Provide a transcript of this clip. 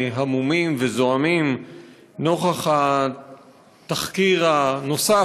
המומים וזועמים נוכח התחקיר הנוסף,